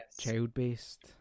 child-based